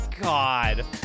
God